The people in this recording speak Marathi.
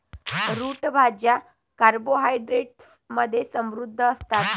रूट भाज्या कार्बोहायड्रेट्स मध्ये समृद्ध असतात